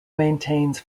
maintains